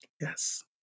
Yes